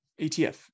ETF